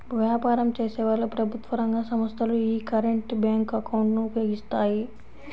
వ్యాపారం చేసేవాళ్ళు, ప్రభుత్వ రంగ సంస్ధలు యీ కరెంట్ బ్యేంకు అకౌంట్ ను ఉపయోగిస్తాయి